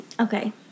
Okay